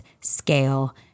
scale